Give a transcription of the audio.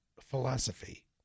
philosophy